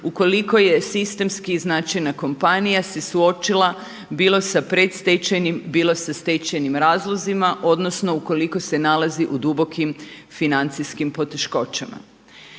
Ukoliko je sistemski značajna kompanija se suočila bilo sa predstečajnim, bilo sa stečajnim razlozima, odnosno ukoliko se nalazi u dubokim financijskim poteškoćama.